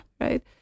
Right